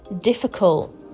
difficult